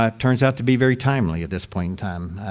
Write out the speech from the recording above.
um turns out to be very timely at this point in time.